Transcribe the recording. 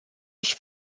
își